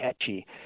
catchy